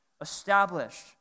established